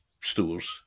stores